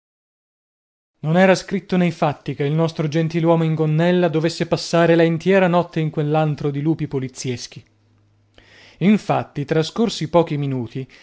non era scritto nei fatti che il nostro gentiluomo in gonnella dovesse passare la intiera notte in quell'antro di lupi polizieschi infatti trascorsi pochi minuti